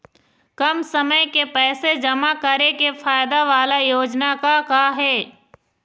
कम समय के पैसे जमा करे के फायदा वाला योजना का का हे?